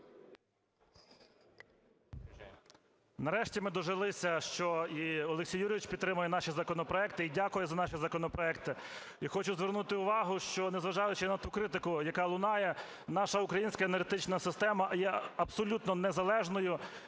Нарешті ми дожилися, що і Олексій Юрійович підтримує наші законопроекти і дякує за наші законопроекти. І хочу звернути увагу, що, незважаючи на ту критику, яка лунає, наша українська енергетична система є абсолютно незалежною,